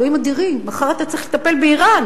אלוהים אדירים, מחר אתה צריך לטפל באירן,